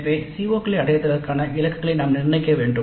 எனவே CO களை அடைவதற்கான இலக்குகளை நாம் நிர்ணயிக்க வேண்டும்